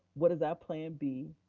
what is our plan b?